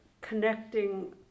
connecting